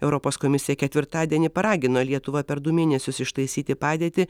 europos komisija ketvirtadienį paragino lietuvą per du mėnesius ištaisyti padėtį